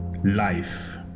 life